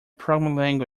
programming